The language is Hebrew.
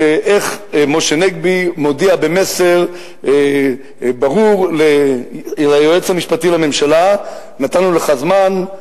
איך משה נגבי מודיע במסר ברור ליועץ המשפטי לממשלה: נתנו לך זמן,